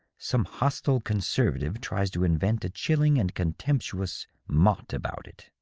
some hostile conservative tries to invent a chilling and contemptuous mot about it.